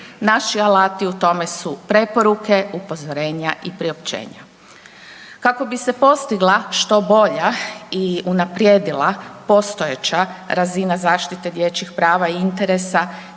Naši alati u tome su preporuke, upozorenja i priopćenja. Kako bi se postigla što bolja i unaprijedila postojeća razina zaštite dječjih prava i interesa,